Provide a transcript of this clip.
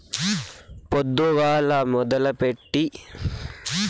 పొద్దుగాల మొదలెట్టి మల్ల పండినంకే ఆ పొగ ఆగేది ఏం చెప్పేది